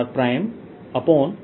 r r